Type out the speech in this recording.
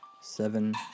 seven